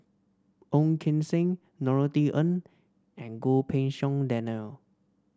Ong Keng Sen Norothy Ng and Goh Pei Siong Daniel